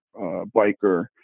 biker